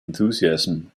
enthusiasm